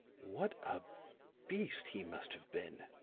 what a beast he must have been,